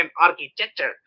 architecture